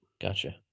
gotcha